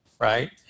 right